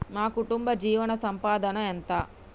మా కుటుంబ జీవన సంపాదన ఎంత?